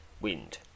wind